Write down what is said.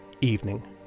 Evening